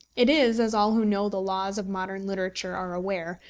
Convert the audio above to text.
it is, as all who know the laws of modern literature are aware,